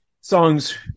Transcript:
songs